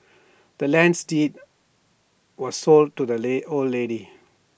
the land's deed was sold to the old lady